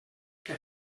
què